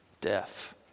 death